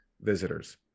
visitors